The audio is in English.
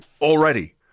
already